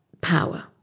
power